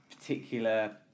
particular